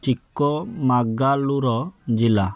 ଚିକମାଗାଲୁର ଜିଲ୍ଲା